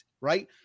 right